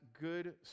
good